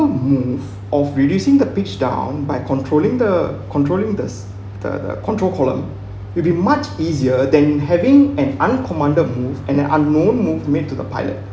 move of reducing the pitch down by controlling the controlling this the the control column will be much easier than having an uncommanded move and an unknown move made to the pilot